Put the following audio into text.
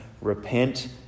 repent